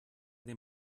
den